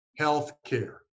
Healthcare